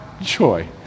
joy